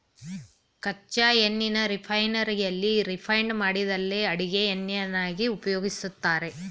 ಕಚ್ಚಾ ಎಣ್ಣೆನ ರಿಫೈನರಿಯಲ್ಲಿ ರಿಫೈಂಡ್ ಮಾಡಿದ್ಮೇಲೆ ಅಡಿಗೆ ಎಣ್ಣೆಯನ್ನಾಗಿ ಉಪಯೋಗಿಸ್ತಾರೆ